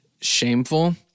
Shameful